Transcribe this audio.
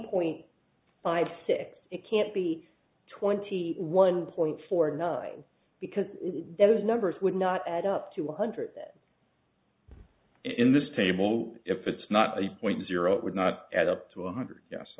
point five six it can't be twenty one point four nine because those numbers would not add up to one hundred in this table if it's not a point zero it would not add up to a hundred yes